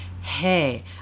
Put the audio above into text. Hey